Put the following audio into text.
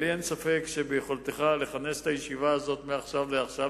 לי אין ספק שביכולתך לכנס את הישיבה הזאת מעכשיו לעכשיו,